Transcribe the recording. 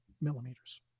millimeters